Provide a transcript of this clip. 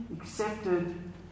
accepted